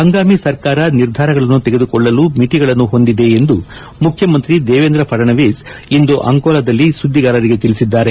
ಹಂಗಾಮಿ ಸರ್ಕಾರ ನಿರ್ಧಾರಗಳನ್ನು ತೆಗೆದುಕೊಳ್ಳಲು ಮಿತಿಗಳನ್ನು ಹೊಂದಿದೆ ಎಂದು ಮುಖ್ಚಮಂತ್ರಿ ದೇವೇಂದ್ರ ಫಡಣವಿಸ್ ಇಂದು ಅಕೋಲಾದಲ್ಲಿ ಸುದ್ವಿಗಾರರಿಗೆ ತಿಳಿಸಿದ್ದಾರೆ